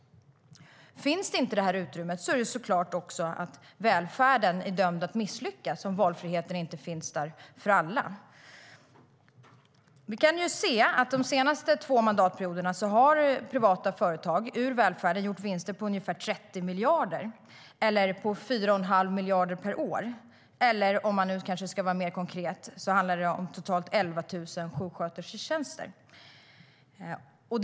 Om inte utrymmet att ge valfrihet åt alla finns är det klart att välfärden är dömd att misslyckas. Vi kan se att de senaste två mandatperioderna har privata företag inom välfärden gjort vinster på ungefär 30 miljarder, det vill säga 4 1⁄2 miljard per år. Mer konkret handlar det om totalt 11 000 sjukskötersketjänster.